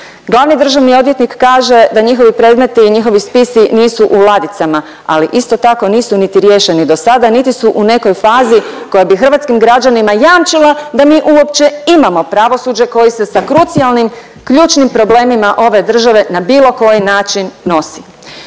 Glavni državni odvjetnik kaže da njihovi predmeti i njihovi spisi nisu u ladicama ali isto tako nisu niti riješeni do sada niti su u nekoj fazi koja bi hrvatskim građanima jamčila da mi uopće imamo pravosuđe koje se sa krucijalnim ključnim problemima ove države na bilo koji način nosi.